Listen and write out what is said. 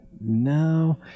no